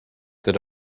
that